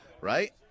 Right